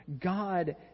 God